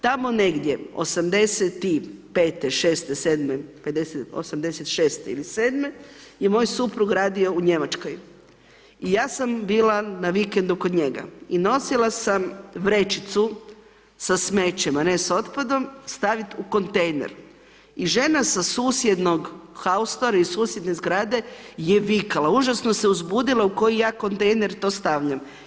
Tamo negdje '85. '86. '86. ili '87. je moj suprug radi u Njemačkoj i ja sam bila na vikendu kod njega i nosila sam vrećicu sa smećem a ne s otpadom staviti u kontejner i žena sa susjednog haustora, sa susjedne zgrade je vikala, užasno se uzbudila u koji ja kontejner to stavljam.